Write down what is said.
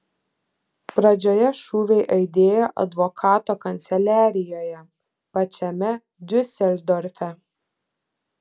pradžioje šūviai aidėjo advokato kanceliarijoje pačiame diuseldorfe